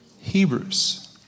Hebrews